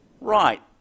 right